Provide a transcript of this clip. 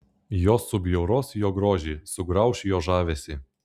jos subjauros jo grožį sugrauš jo žavesį